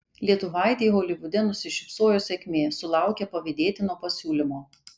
lietuvaitei holivude nusišypsojo sėkmė sulaukė pavydėtino pasiūlymo